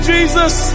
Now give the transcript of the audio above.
Jesus